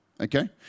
okay